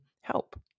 help